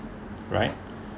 right